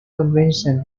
convention